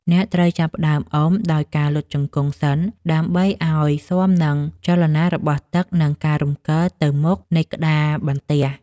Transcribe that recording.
អ្នកត្រូវចាប់ផ្ដើមអុំដោយការលុតជង្គង់សិន ដើម្បីឱ្យស៊ាំទៅនឹងចលនារបស់ទឹក និងការរំកិលទៅមុខនៃក្តារបន្ទះ។